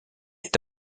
est